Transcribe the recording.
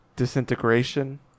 disintegration